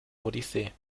odyssee